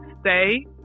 stay